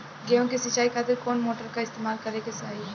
गेहूं के सिंचाई खातिर कौन मोटर का इस्तेमाल करे के चाहीं?